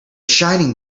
shining